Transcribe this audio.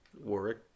Warwick